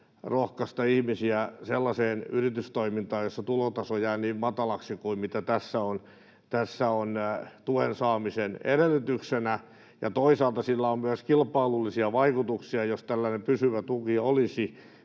rohkaista ihmisiä sellaiseen yritystoimintaan, jossa tulotaso jää niin matalaksi kuin mitä tässä on tuen saamisen edellytyksenä, ja toisaalta sillä on myös kilpailullisia vaikutuksia, jos tällainen pysyvä tuki olisi